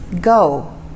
Go